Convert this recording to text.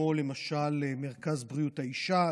למשל מרכז בריאות האישה,